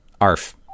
arf